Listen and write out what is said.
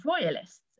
Royalists